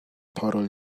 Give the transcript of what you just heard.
portal